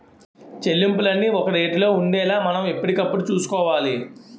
చెల్లింపులన్నీ ఒక రేటులో ఉండేలా మనం ఎప్పటికప్పుడు చూసుకోవాలి